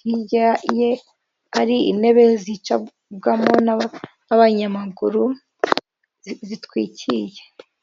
hirya ye ari intebe zicabwamo n'abanyamaguru zitwikiriye.